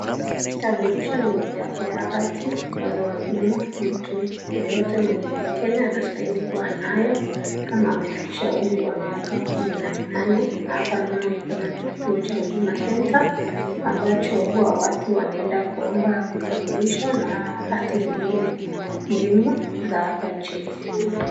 Kitambulisho ni mojawapo ya hati ambazo ni muhimu mtu yeyote mwenye ni mkenya anastahili kuwa nayo kama amefikisha umri wa miaka kumi na minane na hapa naona ni kama ni kituo cha huduma senta ambacho huwa watu wanaenda kuomba vitambulisho na hati zingine muhimu za hapa nchini kenya.